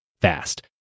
fast